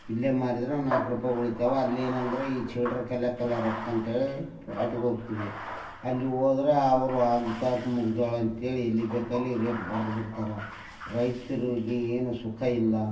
ಇಲ್ಲೇ ಮಾರಿದ್ರೆ ಒಂದು ನಾಲ್ಕು ರುಪಾಯ್ ಉಳಿತಾವ ಅಲ್ಲಿ ಏನಂದ್ರೆ ಈ ಚಿಲ್ಲರೆ ಕಲಿಯಕೆ ಎಲ್ಲ ರೊಕ್ಕ ಅಂತೇಳಿ ಪ್ಯಾಟಿಗೆ ಹೋಗ್ತೀವಿ ಅಲ್ಲಿ ಹೋದ್ರ ಅವರು ಎಲ್ಲಿ ಬೇಕಲ್ಲಿ ರೇಟ್ ಬರ್ದು ಬಿಡ್ತಾರ ರೈತ್ರಿಗೆ ಏನು ಸುಖ ಇಲ್ಲ